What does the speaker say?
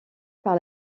par